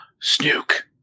Snook